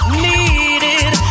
needed